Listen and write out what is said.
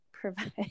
Provide